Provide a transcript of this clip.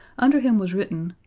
under him was written,